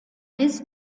his